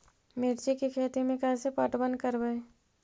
मिर्ची के खेति में कैसे पटवन करवय?